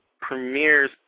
premieres